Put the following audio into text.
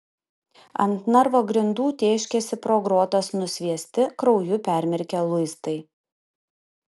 ant narvo grindų tėškėsi pro grotas nusviesti krauju permirkę luistai